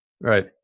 Right